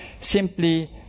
simply